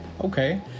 okay